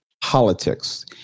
politics